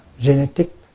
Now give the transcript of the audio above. genetic